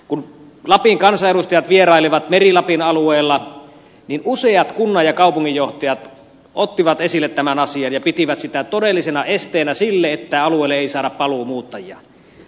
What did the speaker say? kun lapin kansanedustajat vierailivat meri lapin alueella niin useat kunnan ja kaupunginjohtajat ottivat esille tämän asian ja pitivät sitä todellisena esteenä sille että alueelle ei saada paluumuuttajia